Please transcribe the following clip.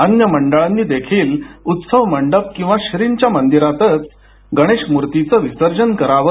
अन्य मंडळांनी देखील उत्सव मंडप किंवा श्रींच्या मंदिरातच गणेशमूर्तीचे विसर्जन करावे